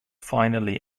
finally